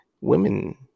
Women